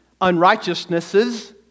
unrighteousnesses